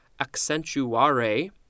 accentuare